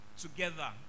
together